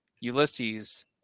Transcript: Ulysses